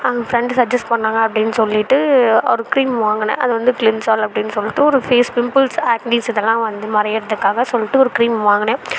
அது friend suggest பண்ணிணாங்க அப்படின்னு சொல்லிட்டு ஒரு கிரீம் வாங்கினேன் அது வந்து கிளிம்சால் அப்படின்னு சொல்லிட்டு ஒரு ஃபேஸ் கிரீம் பிம்பிள்ஸ் ஆக்கிறீஸ் இது எல்லாம் வந்து மறையுறதுக்காக சொல்லிட்டு ஒரு கிரீம் வாங்கினேன்